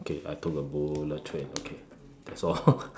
okay I took a bullet train okay that's all